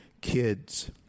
kids